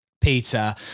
Peter